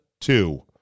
two